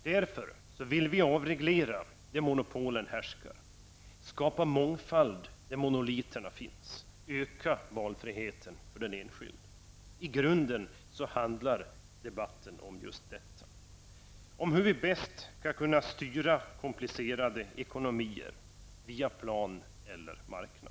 Därför vill vi avreglera där monopolen härskar, skapa mångfald där monoliterna finns och öka valfriheten för den enskilde. I grunden handlar debatten om just detta hur vi bäst kan styra komplicerade ekonomier via plan eller marknad.